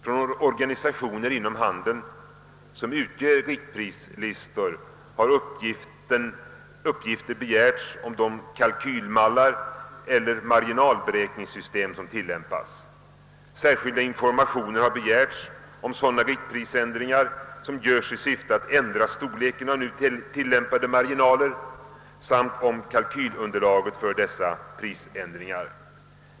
Från organisationer inom handeln som utger riktprislistor har uppgifter begärts om de kalkylmallar eller marginalberäkningssystem som tillämpas. Särskilda informationer har inhämtats om sådana riktprisändringar som görs i syfte att ändra storleken av nu tillämpade marginaler samt om kalkylunderlaget för dessa prisändringar.